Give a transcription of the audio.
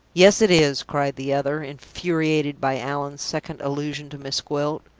yes, it is! cried the other, infuriated by allan's second allusion to miss gwilt.